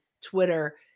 Twitter